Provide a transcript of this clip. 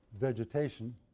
vegetation